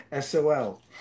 SOL